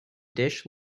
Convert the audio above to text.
dish